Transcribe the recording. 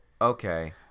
Okay